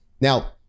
Now